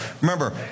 remember